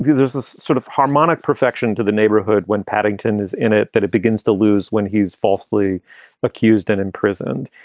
there's this sort of harmonic perfection to the neighborhood when paddington is in it, that it begins to lose when he is falsely accused and imprisoned.